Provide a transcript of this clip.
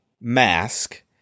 mask